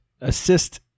assist